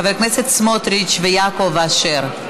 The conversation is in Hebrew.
חבר הכנסת סמוטריץ ויעקב אשר,